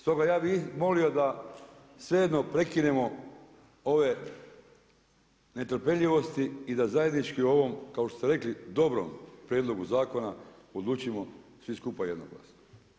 Stoga ja bih molio da svejedno prekinemo ove netrpeljivosti i da zajednički o ovom kao što ste rekli dobrom prijedlogu zakona odlučimo svi skupa jednoglasno.